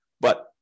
But-